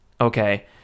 okay